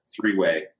three-way